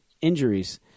injuries